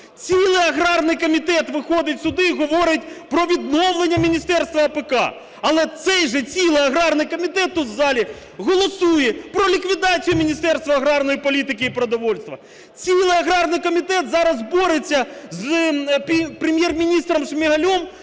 Цілий агарний комітет виходить сюди і говорить про відновлення Міністерства АПК, але цей же цілий агарний комітет тут в залі голосує про ліквідацію Міністерства аграрної політики і продовольства. Цілий агарний комітет зараз бореться з Прем'єр-міністром Шмигалем,